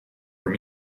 from